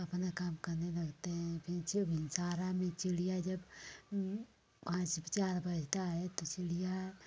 अपना काम करने लगते हैं फिर जब भिनसारा में चिड़िया जब पाँच चार बजता है तो चिड़िया